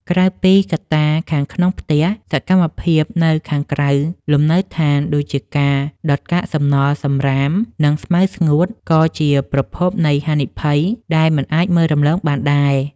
ក្រៅពីកត្តាខាងក្នុងផ្ទះ សកម្មភាពនៅខាងក្រៅលំនៅដ្ឋានដូចជាការដុតកាកសំណល់ សំរាម និងស្មៅស្ងួត ក៏ជាប្រភពនៃហានិភ័យដែលមិនអាចមើលរំលងបានដែរ។